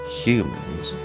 humans